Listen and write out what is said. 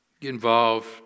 involved